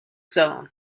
zone